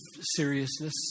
seriousness